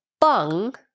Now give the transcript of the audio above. bung